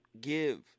give